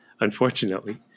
Unfortunately